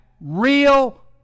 real